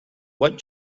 what